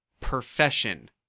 profession